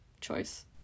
choice